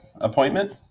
appointment